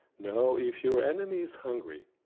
now, if your enemy is hungry,